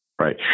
right